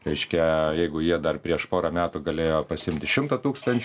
reiškia jeigu jie dar prieš porą metų galėjo pasiimti šimtą tūkstanč